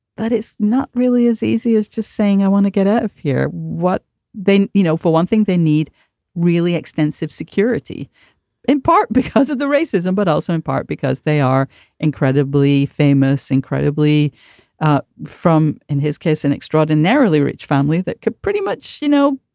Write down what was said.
but it's not really as easy as just saying, i want to get out ah of here. what they you know, for one thing, they need really extensive security in part because of the racism, but also in part because they are incredibly famous, incredibly from in his case, an extraordinarily rich family that could pretty much, you know,